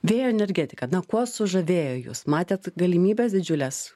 vėjo energetika na kuo sužavėjo jus matėt galimybes didžiules